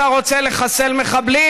אתה רוצה לחסל מחבלים?